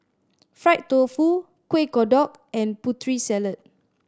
fried tofu Kueh Kodok and Putri Salad